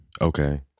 Okay